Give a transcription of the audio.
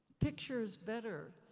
dict-ures better.